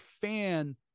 fan